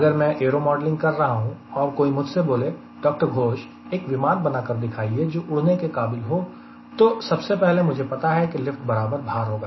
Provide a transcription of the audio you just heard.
अगर मैं एयरोमॉडलिंग कर रहा हूं और कोई मुझसे बोले डॉक्टर घोष एक विमान बनाकर दिखाइए जो उड़ने के काबिल हो तो सबसे पहले मुझे पता है कि लिफ्ट बराबर भार होगा